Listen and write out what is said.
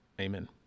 Amen